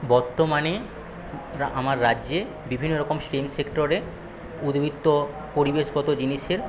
বর্তমানে আমার রাজ্যে বিভিন্ন রকম সেক্টরে উদ্বৃত্ত পরিবেশগত জিনিসের